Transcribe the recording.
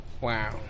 Wow